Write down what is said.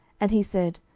and he said,